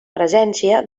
presència